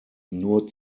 nur